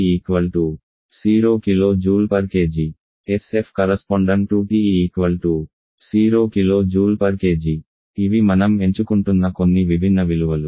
hf| TE 0 kJkg sf| TE 0 kJkg ఇవి మనం ఎంచుకుంటున్న కొన్ని విభిన్న విలువలు